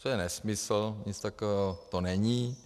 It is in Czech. To je nesmysl, nic takového to není.